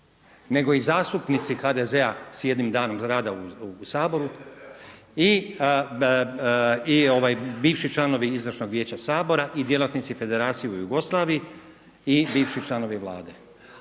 nego i zastupnici HDZ-a s jednim danom rada u Saboru i bivši članovi Izvršnog vijeća Sabora i djelatnici federacije u Jugoslaviji i bivši članovi Vlade.